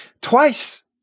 Twice